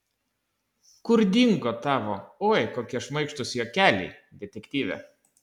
kur dingo tavo oi kokie šmaikštūs juokeliai detektyve